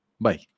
Bye